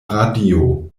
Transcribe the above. radio